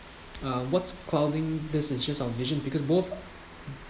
uh what's clouding this is just our vision because both